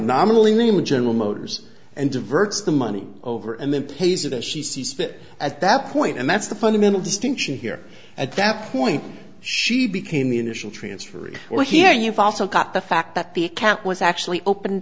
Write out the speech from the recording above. nominally named general motors and diverts the money over and then pays it as she sees fit at that point and that's the fundamental distinction here at that point she became the initial transferee or here you've also got the fact that the account was actually opened